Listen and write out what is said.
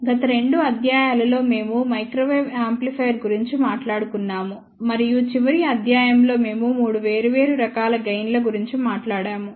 గత 2 అధ్యాయాలలో మేము మైక్రోవేవ్ యాంప్లిఫైయర్ గురించి మాట్లాడుకున్నాము మరియు చివరి అధ్యాయం లో మేము మూడు వేరువేరు రకాల గెయిన్ ల గురించి మాట్లాడాము